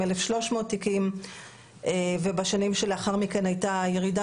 עם 1,300 תיקים ובשנים שלאחר מכן הייתה ירידה